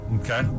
Okay